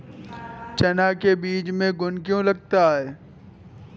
चना के बीज में घुन क्यो लगता है?